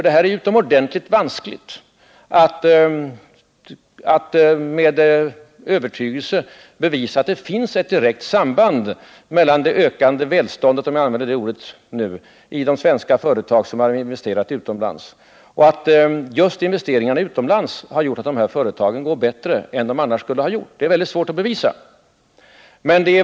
Det är utomordentligt vanskligt att övertygande bevisa att ett ökat välstånd — om jag nu får använda det ordet — i de svenska företag som har investerat utomlands beror på att just investeringarna utomlands har gjort att dessa företag går bättre än de annars skulle ha gjort.